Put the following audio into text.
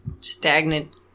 stagnant